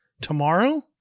Tomorrow